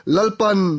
Lalpan